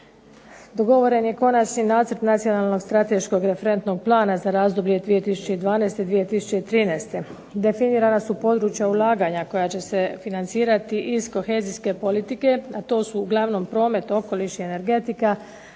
dogovoren je konačni nacrt nacionalnog strateškog referentnog plana za razdoblje 2012.-2013., definirana su područja ulaganja koja će se financirati iz kohezijske politike, a to su uglavnom promet, okoliš i energetika,